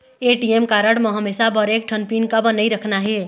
ATM card म हमेशा बर एक ठन पिन काबर नई रखना हे?